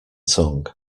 song